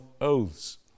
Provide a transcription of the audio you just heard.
oaths